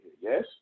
Yes